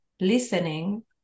listening